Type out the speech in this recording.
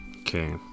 Okay